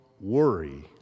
worry